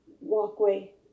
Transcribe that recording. walkway